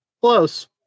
Close